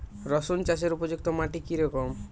রুসুন চাষের উপযুক্ত মাটি কি রকম?